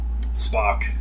Spock